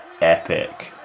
epic